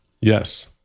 Yes